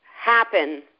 happen